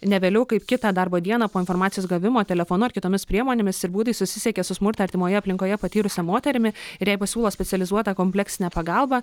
ne vėliau kaip kitą darbo dieną po informacijos gavimo telefonu ar kitomis priemonėmis ir būdais susisiekė su smurtą artimoje aplinkoje patyrusia moterimi ir jai pasiūlo specializuotą kompleksinę pagalbą